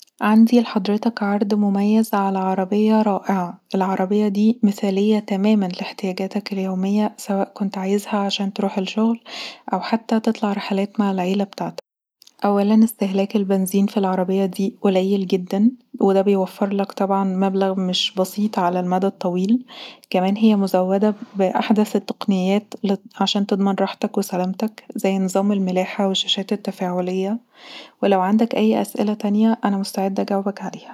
عندي لحضرتك عرض مميز علي عربيه رائعه، العربيه دي مثالية تماما لاحتياجاتك اليوميه سواء كتت عايزها عان تروح الشغل او حتي تطلع رحلات مع العيله بتاعتك، اولا استهلاك البنزين في العربيه دي قليل جدا ودا بيوفرلك طبعا مبلغ مش بسيط علي المدي الطويل، كنان هي مزوده بأحدث التقنيات عشان تضمن راحتك وسلامتك، زي نظام الملاحه والشاشات التفاعليه ولو عندك اي اسئله تانيه انا مستعده اجاوبك عليها